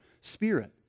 spirit